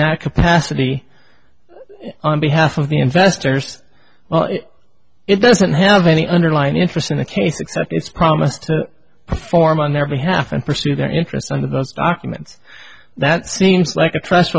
that capacity on behalf of the investors well it doesn't have any underlying interest in the case except its promise to perform on their behalf and pursue their interests on the best documents that seems like a trust